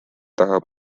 tahab